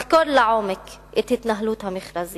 לחקור לעומק את התנהלות המכרזים,